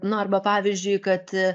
nu arba pavyzdžiui kad